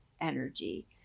energy